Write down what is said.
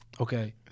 Okay